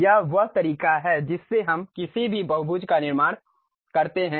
यह वह तरीका है जिससे हम किसी भी बहुभुज का निर्माण करते हैं